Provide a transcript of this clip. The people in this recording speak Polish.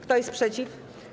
Kto jest przeciw?